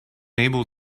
able